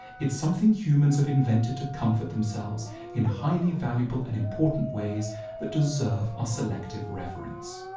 it something humans have invented to comfort themselves in highly valuable and important ways that deserve are selective reverence.